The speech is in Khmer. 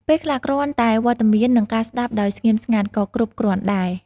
ពេលខ្លះ គ្រាន់តែវត្តមាន និងការស្តាប់ដោយស្ងៀមស្ងាត់ ក៏គ្រប់គ្រាន់ដែរ។